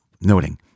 noting